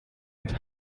ist